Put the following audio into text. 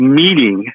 meeting